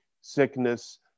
sickness